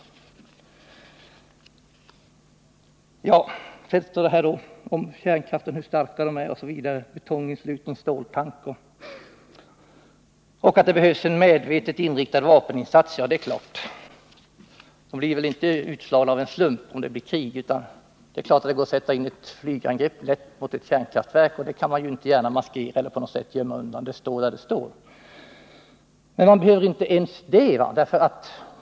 Det står i interpellationssvaret hur starka kärnkraftverken är, betong i sluten ståltank osv., och att det behövs en medvetet inriktad vapeninsats för att slå ut dem. Det är klart, de blir väl inte utslagna av en slump om det blir krig. Det är klart att det lätt går att sätta in ett flygangrepp mot ett kärnkraftverk. Dem kan man ju inte på något sätt maskera eller gömma undan. De står där de står. Men det behövs inte ens det.